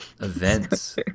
events